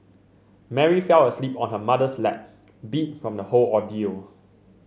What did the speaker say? Mary fell asleep on her mother's lap beat from the whole ordeal